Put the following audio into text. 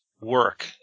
work